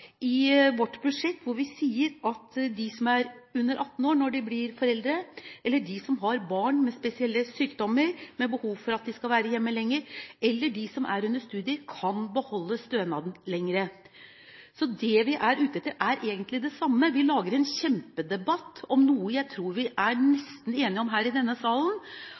i vårt budsjett, hvor vi sier at de som er under 18 år når de blir foreldre, de som har barn med spesielle sykdommer, med behov for at de skal være hjemme lenger, eller de som er under studier, kan beholde stønaden lenger. Det vi er ute etter, er egentlig det samme. Det lages en kjempedebatt om noe jeg tror vi er nesten enige om i denne salen: